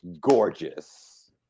gorgeous